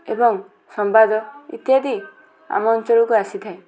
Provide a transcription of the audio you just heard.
ଏବଂ ସମ୍ବାଦ ଇତ୍ୟାଦି ଆମ ଅଞ୍ଚଳକୁ ଆସିଥାଏ